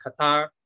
Qatar